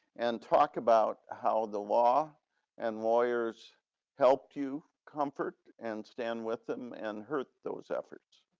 and talk about how the law and lawyers helped you comfort and stand with them and hurt those efforts.